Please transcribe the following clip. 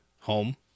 home